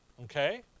Okay